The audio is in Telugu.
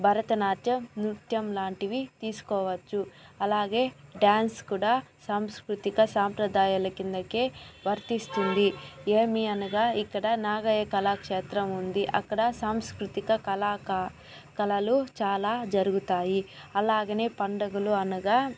భరతనాట్యం నృత్యం లాంటివి తీసుకోవచ్చు అలాగే డాన్స్ కూడా సాంస్కృతిక సాంప్రదాయాల కిందకే వర్తిస్తుంది ఏమి అనగా ఇక్కడ నాగయ్య కళాక్షేత్రం ఉంది అక్కడ సాంస్కృతిక కళలు చాలా జరుగుతాయి అలాగనే పండుగలు అనగా